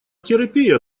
терапия